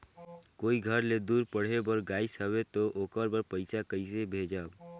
कोई घर ले दूर पढ़े बर गाईस हवे तो ओकर बर पइसा कइसे भेजब?